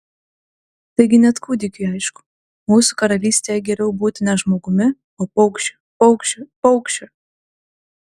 taigi net kūdikiui aišku mūsų karalystėje geriau būti ne žmogumi o paukščiu paukščiu paukščiu